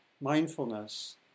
mindfulness